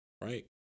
right